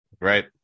Right